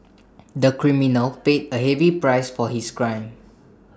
the criminal paid A heavy price for his crime